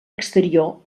exterior